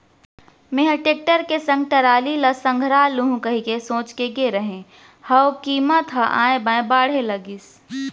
मेंहा टेक्टर के संग टराली ल संघरा लुहूं कहिके सोच के गे रेहे हंव कीमत ह ऑय बॉय बाढ़े लगिस